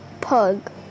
pug